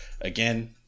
Again